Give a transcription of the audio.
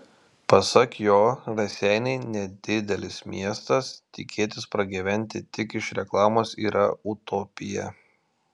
pasak jo raseiniai nedidelis miestas tikėtis pragyventi tik iš reklamos yra utopija